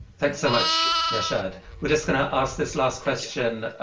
thanks so much, rashad. we're just going to ask this last question